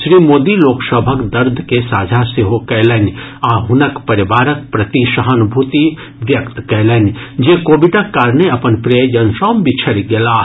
श्री मोदी लोक सभक दर्द के साझा सेहो कयलनि आ हुनक परिवारक प्रति सहानुभूति व्यक्त कयलनि जे कोविडक कारणे अपन प्रियजन सॅ बिछड़ि गेलाह